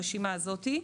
הרשימה הזאת.